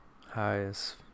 highest